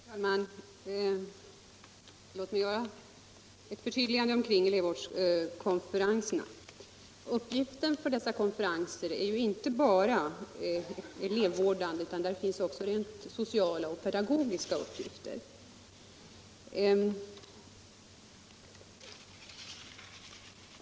Herr talman! Låt mig göra ett förtydligande beträffande elevvårdskonferenserna. Uppgiften för dessa konferenser är inte bara elevvårdande, utan de har även rent sociala och pedagogiska uppgifter.